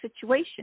situation